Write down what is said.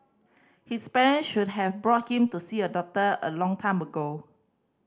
his parent should have brought him to see a doctor a long time ago